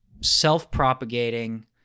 self-propagating